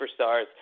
superstars